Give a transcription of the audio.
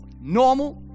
normal